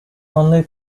only